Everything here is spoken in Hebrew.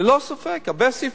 ללא ספק הרבה סעיפים.